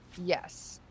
yes